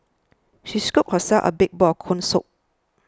she scooped herself a big bowl of Corn Soup